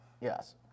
Yes